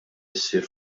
issir